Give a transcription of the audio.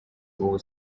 ubu